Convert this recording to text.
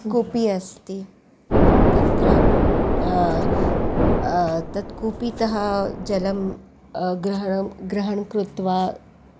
कूपी अस्ति तत्र तत् कूपीतः जलं ग्रहणं ग्रहणं कृत्वा